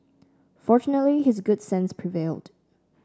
fortunately his good sense prevailed